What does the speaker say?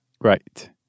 Right